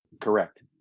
Correct